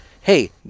hey